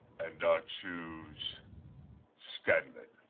and i choose scanlan.